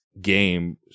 Game